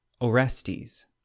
Orestes